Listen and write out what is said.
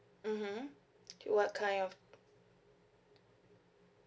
mmhmm what kind of